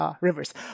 rivers